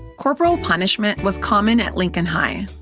corporal punishment was common at lincoln high,